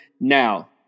now